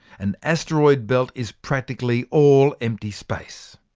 an asteroid belt is practically all empty space.